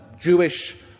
Jewish